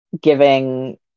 giving